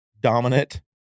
dominant